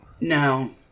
no